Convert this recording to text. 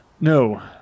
No